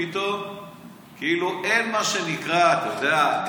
פתאום כאילו אין מה שנקרא, אתה יודע,